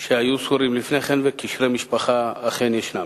שהיו סורים לפני כן וקשרי משפחה אכן ישנם.